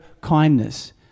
kindness